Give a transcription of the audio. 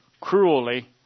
cruelly